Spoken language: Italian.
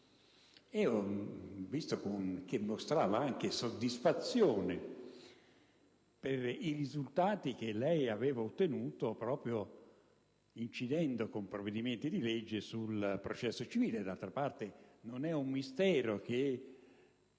Ho notato che mostrava soddisfazione per i risultati che lei aveva ottenuto proprio incidendo con provvedimenti di legge sul processo civile. D'altra parte, non è un mistero che